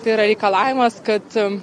tai yra reikalavimas kad